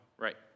Right